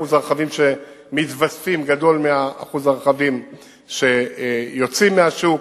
אחוז הרכבים שמתווספים גדול מאחוז הרכבים שיוצאים מהשוק.